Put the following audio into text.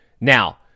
Now